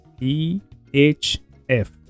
E-H-F